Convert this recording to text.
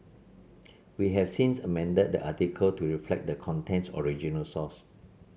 we have since amended the article to reflect the content's original source